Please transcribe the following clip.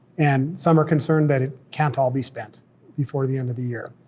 and some are concerned that it can't all be spent before the end of the year.